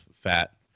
fat